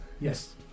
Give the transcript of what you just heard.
Yes